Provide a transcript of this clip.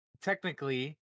technically